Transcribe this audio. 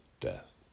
death